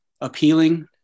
appealing